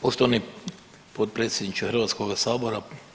Poštovani potpredsjedniče Hrvatskoga sabora.